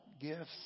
gifts